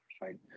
right